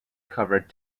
covered